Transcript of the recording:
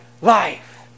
life